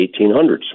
1800s